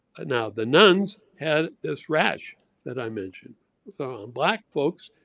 ah now the nuns had this rash that i mentioned. on black folks,